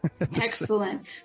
excellent